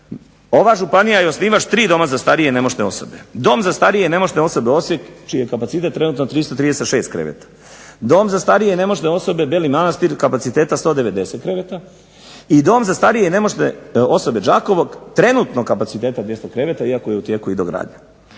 Ova županija je osnivač tri doma za starije i nemoćne osobe. Dom za starije i nemoćne osobe Osijek, čiji je kapacitet trenutno 336 kreveta, dom za starije i nemoćne osobe Beli Manastir kapaciteta 190 kreveta, i dom za starije i nemoćne osobe Đakovo trenutnog kapaciteta 200 kreveta, iako je u tijeku i dogradnja.